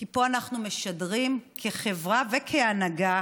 כי פה אנחנו משדרים כחברה וכהנהגה